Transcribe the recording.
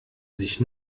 sich